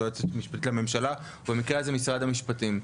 היועצת המשפטים לממשלה ובמקרה הזה משרד המשפטים.